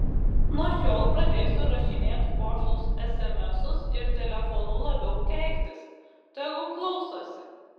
nuo šiol pradėsiu rašinėt pošlus esemesus ir telefonu labiau keiktis tegu klausosi